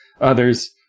Others